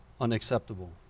unacceptable